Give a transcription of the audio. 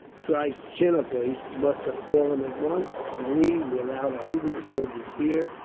trichinopoli must have fallen at once and we, without a hundred soldiers here,